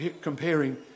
comparing